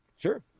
Sure